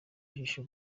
ijisho